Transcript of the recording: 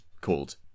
called